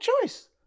choice